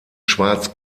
schwarz